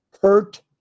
hurt